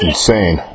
Insane